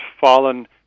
fallen